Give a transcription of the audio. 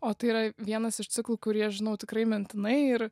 o tai yra vienas iš ciklų kurį aš žinau tikrai mintinai ir